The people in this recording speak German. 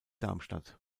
darmstadt